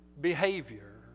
behavior